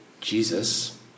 Jesus